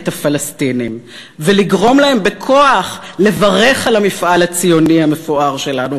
הפלסטינים ולגרום להם בכוח לברך על המפעל הציוני המפואר שלנו,